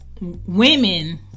women